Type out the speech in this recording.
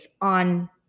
on